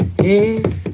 Hey